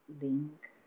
link